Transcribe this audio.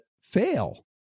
fail